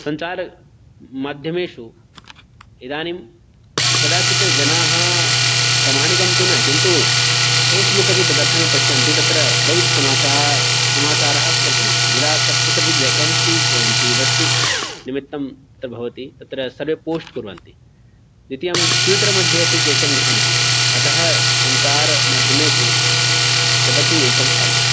सञ्चारमाध्यमेषु इदानीं कदाचित् जनाः प्रामाणिकं तु न किन्तु फ़ेसबुक् अपि तदर्थमेव पश्यन्ति तत्र बहुविधसमाचा समाचाराः तत्र भवन्ति यदा क् कुत्रचित् वेकेन्सीस् भवन्ति वृत्तिनिमित्तं तत्र भवति तत्र सर्वे पोश्ट् कुर्वन्ति द्वितीयं ट्वीटर् मध्ये अपि केचन लिखन्ति अतः सञ्चारमाध्यमेषु तदपि एकं साधनं